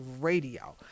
radio